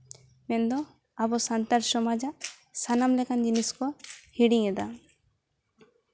ᱢᱮᱱᱫᱚ ᱟᱵᱚ ᱥᱟᱱᱛᱟᱲ ᱥᱚᱢᱟᱡᱟᱜ ᱥᱟᱱᱟᱢ ᱞᱮᱠᱟᱱ ᱡᱤᱱᱤᱥ ᱠᱚ ᱦᱤᱲᱤᱧ ᱮᱫᱟ